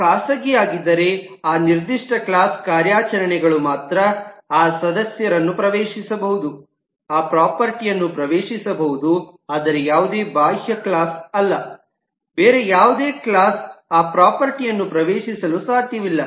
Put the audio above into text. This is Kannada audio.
ಅದು ಖಾಸಗಿಯಾಗಿದ್ದರೆ ಆ ನಿರ್ದಿಷ್ಟ ಕ್ಲಾಸ್ ಕಾರ್ಯಾಚರಣೆಗಳು ಮಾತ್ರ ಆ ಸದಸ್ಯರನ್ನು ಪ್ರವೇಶಿಸಬಹುದು ಆ ಪ್ರಾಪರ್ಟೀಯನ್ನು ಪ್ರವೇಶಿಸಬಹುದು ಆದರೆ ಯಾವುದೇ ಬಾಹ್ಯ ಕ್ಲಾಸ್ಅಲ್ಲ ಬೇರೆ ಯಾವುದೇ ಕ್ಲಾಸ್classವು ಆ ಪ್ರಾಪರ್ಟೀಯನ್ನು ಪ್ರವೇಶಿಸಲು ಸಾಧ್ಯವಿಲ್ಲ